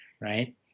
right